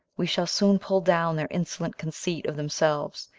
we shall soon pull down their insolent conceit of themselves,